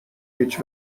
هیچ